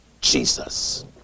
Jesus